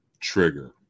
Trigger